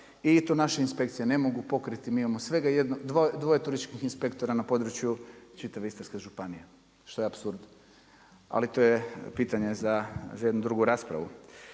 i to naše inspekcije ne mogu pokriti, mi imamo svega dvoje turističkih inspektora na području čitave istarske županije. Što je apsurd. Ali to je pitanje za jednu drugu raspravu.